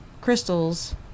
crystals